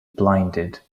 blinded